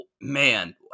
man